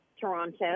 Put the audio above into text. Toronto